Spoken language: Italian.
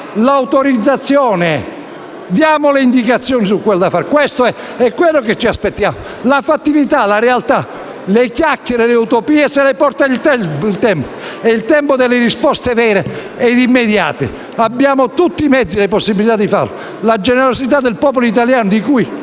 l'autorizzazione; diamo le indicazioni su tutto il da fare. Questo ci aspettiamo: la fattività, la realtà. Le chiacchiere e le utopie se le porta il tempo. È il tempo delle risposte vere e immediate, abbiamo tutti i mezzi e le possibilità di farlo. Quanto alla generosità del popolo italiano, fino